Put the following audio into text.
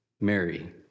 Mary